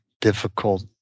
difficult